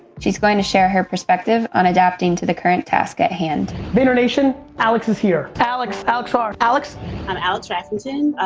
she's going to share her perspective on adapting to the current task at hand. vayner nation, alex's here. alex. i'm, ah alex and alex raffington.